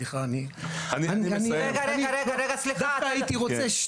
אני דווקא הייתי רוצה,